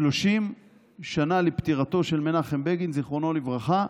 30 שנה לפטירתו של מנחם בגין, זיכרונו לברכה,